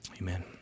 Amen